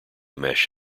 mesh